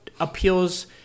appeals